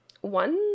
one